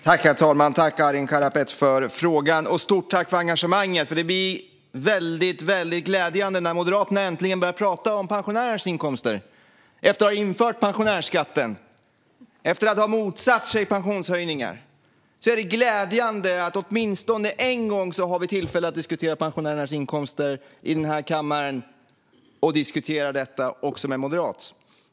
Herr talman! Tack, Arin Karapet, för frågan! Och stort tack för engagemanget! Det blir väldigt glädjande när Moderaterna äntligen börjar prata om pensionärernas inkomster - efter att ha infört pensionärsskatten och efter att ha motsatt sig pensionshöjningar. Då är det glädjande att vi åtminstone en gång har tillfälle att diskutera pensionärernas inkomster i denna kammare med en moderat.